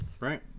Right